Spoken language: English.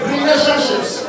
Relationships